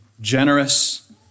generous